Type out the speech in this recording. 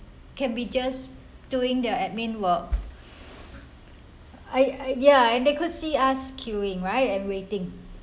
can be just doing their admin work I I ya and they could see us queuing right and waiting